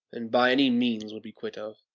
and by any means would be quit of.